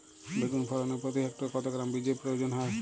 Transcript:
বেগুন ফলনে প্রতি হেক্টরে কত গ্রাম বীজের প্রয়োজন হয়?